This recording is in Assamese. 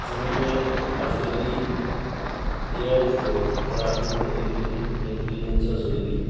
যেনেকে আজিকালি এ আই থ্ৰু অৰ্থাৎ আৰ্টিফিচিয়েল ইণ্টেলিজেঞ্চৰ যোগেদি